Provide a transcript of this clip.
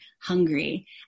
Hungry